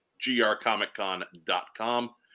grcomiccon.com